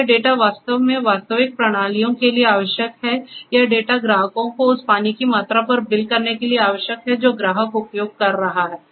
और यह डेटा वास्तव में वास्तविक प्रणालियों के लिए आवश्यक है यह डेटा ग्राहकों को उस पानी की मात्रा पर बिल करने के लिए आवश्यक है जो ग्राहक उपयोग कर रहा है